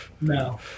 No